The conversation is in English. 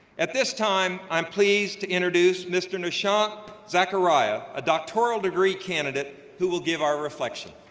at this time, i'm pleased to introduce mr. nishant zachariah a doctoral degree candidate who will give our reflection.